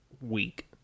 week